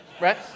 right